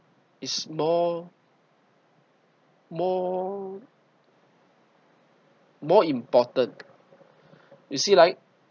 is more more more important you see like